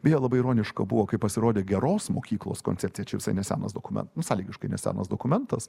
beje labai ironiška buvo kai pasirodė geros mokyklos koncepcija čia visai nesenas dokumen nu sąlygiškai ne nesenas dokumentas